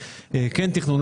כן תכנון,